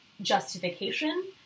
justification